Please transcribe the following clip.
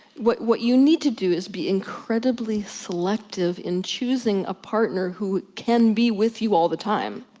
what what you need to do is be incredibly selective in choosing a partner who can be with you all the time.